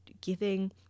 giving